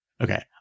Okay